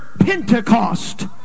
Pentecost